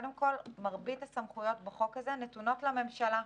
קודם כול, מרבית הסמכויות בחוק הזה נתונות לממשלה,